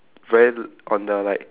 very on the like